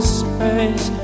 space